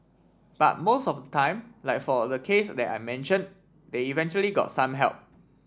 but most of time like for the case that I mention they eventually got some help